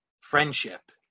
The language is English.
friendship